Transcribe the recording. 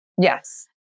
Yes